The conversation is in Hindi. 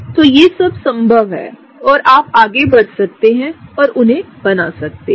तो ये सब संभव है और आप आगे बढ़ सकते हैं और उन्हें बना सकते हैं